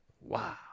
Wow